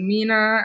Mina